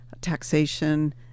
taxation